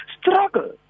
struggle